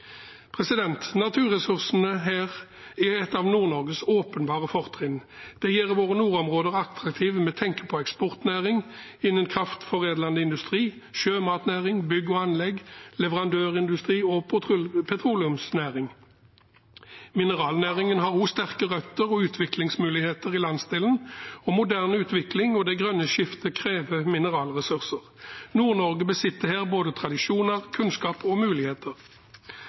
Naturressursene er et av Nord-Norges åpenbare fortrinn. De gjør våre nordområder attraktive med tanke på eksportnæring innen kraftforedlende industri, sjømatnæring, bygg og anlegg, leverandørindustri og petroleumsnæring. Mineralnæringen har også sterke røtter og utviklingsmuligheter i landsdelen, og moderne utvikling og det grønne skiftet krever mineralressurser. Nord-Norge besitter her både tradisjoner, kunnskap og muligheter.